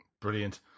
Brilliant